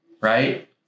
right